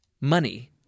Money